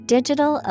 Digital